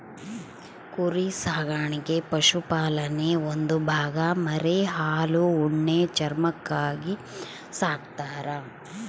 ಕುರಿ ಸಾಕಾಣಿಕೆ ಪಶುಪಾಲನೆಯ ಒಂದು ಭಾಗ ಮರಿ ಹಾಲು ಉಣ್ಣೆ ಚರ್ಮಕ್ಕಾಗಿ ಸಾಕ್ತರ